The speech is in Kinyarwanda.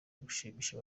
gushimisha